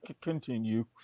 continue